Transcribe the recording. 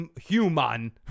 human